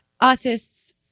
artists